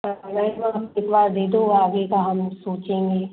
इस बार दे दो आगे का हम सोचेंगे